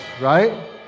right